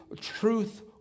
truth